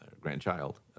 grandchild